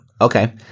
Okay